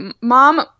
mom